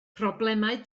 problemau